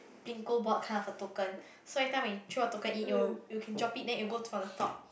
bingo board kind of a token so every time when you throw a token in it will you can drop it then it can go to the top